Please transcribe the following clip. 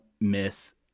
miss